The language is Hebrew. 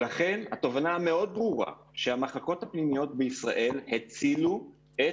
ולכן התובנה הברורה מאוד היא שהמחלקות הפנימיות בישראל הצילו את